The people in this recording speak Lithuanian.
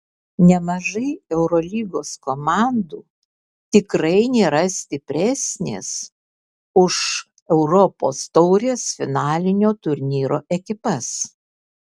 nemažai eurolygos komandų tikrai nėra stipresnės už europos taurės finalinio turnyro ekipas